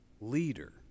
leader